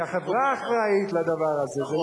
כי החברה אחראית לדבר הזה, נכון, נכון.